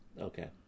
Okay